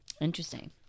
Interesting